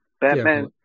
Batman